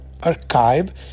Archive